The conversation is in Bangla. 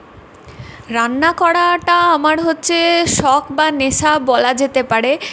রান্না করাটা আমার হচ্ছে শখ বা নেশা বলা যেতে পারে